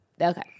Okay